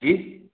जी